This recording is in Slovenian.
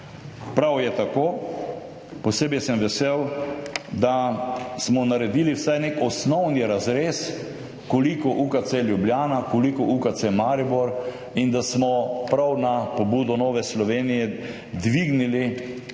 Prav je tako. Posebej sem vesel, da smo naredili vsaj nek osnovni razrez, koliko UKC Ljubljana, koliko UKC Maribor, in da smo prav na pobudo Nove Slovenije dvignili,